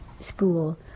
School